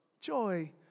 joy